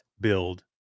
build